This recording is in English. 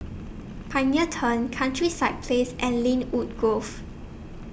Pioneer Turn Countryside Place and Lynwood Grove